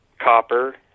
copper